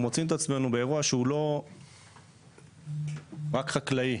אנחנו מוצאים את עצמנו באירוע שהוא לא רק חקלאי.